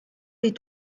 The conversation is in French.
les